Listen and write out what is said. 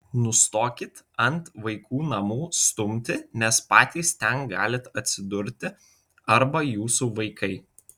nustokit ant vaikų namų stumti nes patys ten galit atsidurti arba jūsų vaikai